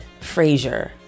Frasier